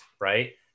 right